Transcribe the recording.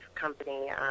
company